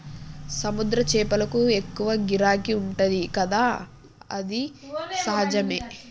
సముద్ర చేపలకు ఎక్కువ గిరాకీ ఉంటది కదా అది సహజమే